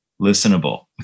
listenable